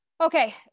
Okay